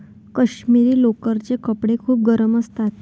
काश्मिरी लोकरचे कपडे खूप गरम असतात